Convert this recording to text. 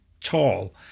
tall